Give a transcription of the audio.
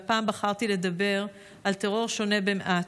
והפעם בחרתי לדבר על טרור שונה במעט,